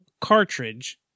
cartridge